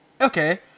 Okay